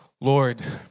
Lord